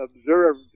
observed